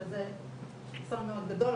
שזה אסון מאוד גדול,